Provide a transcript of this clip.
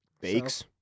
bakes